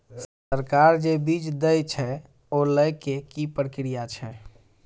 सरकार जे बीज देय छै ओ लय केँ की प्रक्रिया छै?